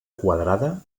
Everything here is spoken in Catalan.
quadrada